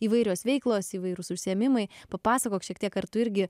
įvairios veiklos įvairūs užsiėmimai papasakok šiek ar tu irgi